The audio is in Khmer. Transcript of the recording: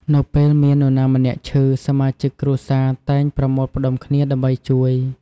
នៅពេលមាននរណាម្នាក់ឈឺ សមាជិកគ្រួសារតែងប្រមូលផ្តុំគ្នា ដើម្បីជួយ។